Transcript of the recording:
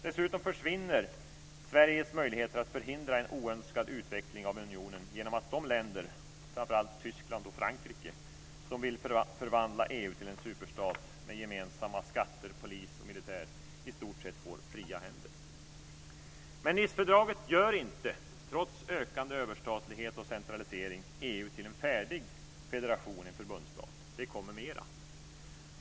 Dessutom försvinner Sveriges möjligheter att förhindra en oönskad utveckling av unionen genom att de länder, framför allt Tyskland och Frankrike, som vill förvandla EU till en superstat med gemensamma skatter, polis och militär i stort sett får fria händer. Men Nicefördraget gör inte, trots ökande överstatlighet och centralisering, EU till en färdig federation eller förbundsstat. Det kommer mera.